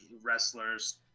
wrestlers